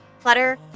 Clutter